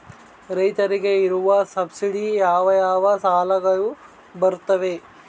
ರೈತರಿಗೆ ಇರುವ ಸಬ್ಸಿಡಿ ಯಾವ ಯಾವ ಸಾಲಗಳು ಬರುತ್ತವೆ?